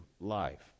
life